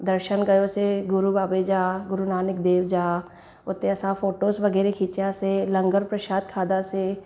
दर्शन कयासीं गुरु बाबे जा गुरु नानक देव जा उते असां फोटोज़ वग़ैरह खीचासीं लंगरु प्रशाद खाधोसीं